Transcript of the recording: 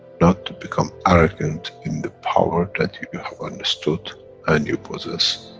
not to become arrogant in the power that you have understood and you possess,